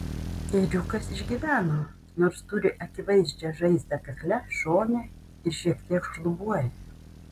ėriukas išgyveno nors turi akivaizdžią žaizdą kakle šone ir šiek tiek šlubuoja